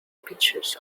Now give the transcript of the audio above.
pictures